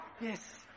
Yes